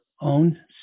own